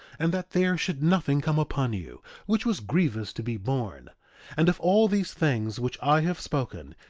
and that there should nothing come upon you which was grievous to be borne and of all these things which i have spoken,